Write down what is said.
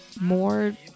more